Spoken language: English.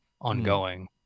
ongoing